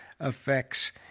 effects